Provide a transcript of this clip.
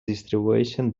distribueixen